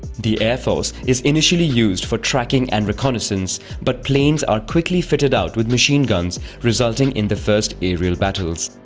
the air force is initially used for tracking and reconnaissance, but planes are quickly fitted out with machine guns, resulting in the first aerial battles.